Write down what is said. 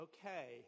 Okay